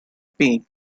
pain